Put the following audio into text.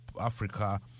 Africa